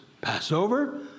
Passover